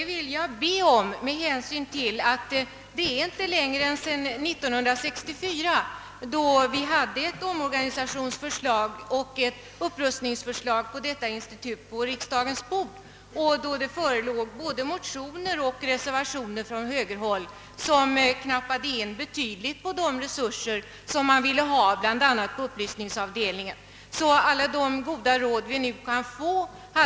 Jag vill be henne om det, med hänsyn till att det för så kort tid sedan som 1964 låg ett förslag på riksdagens bord rörande omorganisation och upprustning av konsumentinstitutet, men högern föreslog den gången i motioner och reservationer åtgärder, som skulle ha inneburit att upplysningsavdelningens resurser knappades in betydligt.